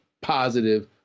positive